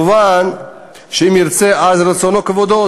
כמובן, אם הוא ירצה אז רצונו כבודו.